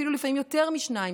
אפילו לפעמים יותר משניים,